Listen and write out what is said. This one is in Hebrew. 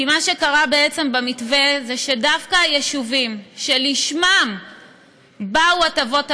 כי מה שקרה בעצם במתווה זה שדווקא היישובים שלשמם באו הטבות המס,